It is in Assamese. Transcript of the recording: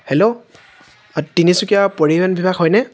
হেল্লো তিনিচুকীয়া পৰিবহণ বিভাগ হয়নে